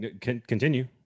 Continue